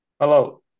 Hello